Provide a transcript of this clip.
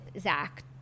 Zach